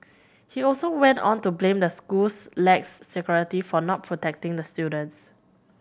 he also went on to blame the school's lax security for not protecting the students